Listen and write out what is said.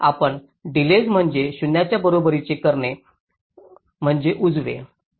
आपला डिलेज म्हणजे 0 च्या बरोबरीचे करणे म्हणजे उजवे